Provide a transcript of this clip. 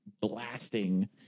blasting